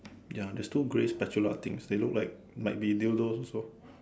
ya there's two grey spatula things they look like like might be dildos also